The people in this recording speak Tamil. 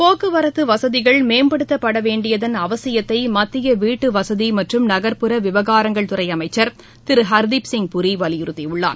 போக்குவரத்து வசதிகள் மேம்படுத்தப்பட வேண்டியதள் அவசியத்தை மத்திய வீட்டுவசதி மற்றும் நகர்புற விவகாரங்கள் துறை அமைச்சர் திரு ஹர்தீப் சிங் பூரி வலியுறுத்தியுள்ளார்